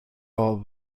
all